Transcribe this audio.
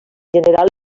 general